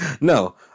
no